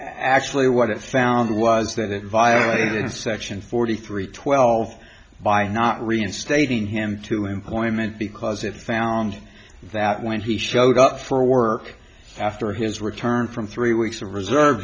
actually what it found was that it violated section forty three twelve by not reinstating him to employment because if the found that when he showed up for work after his return from three weeks of reserve